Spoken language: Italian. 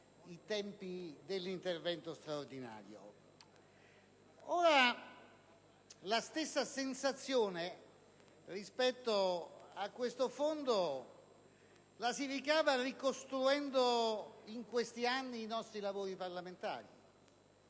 i tempi dell'intervento straordinario). La stessa sensazione rispetto a questo Fondo si ricava ricostruendo in questi anni i nostri lavori parlamentari: